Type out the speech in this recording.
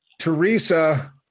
Teresa